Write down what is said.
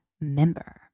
member